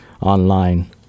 online